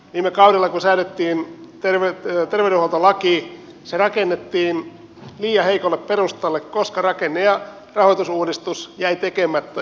viime kaudella kun säädettiin tervettä joten on oltava kiinni terveydenhuoltolaki se rakennettiin liian heikolle perustalle koska rakenne ja rahoitusuudistus jäivät tekemättä